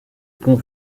pont